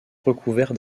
recouvert